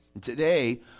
Today